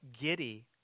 giddy